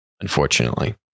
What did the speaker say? unfortunately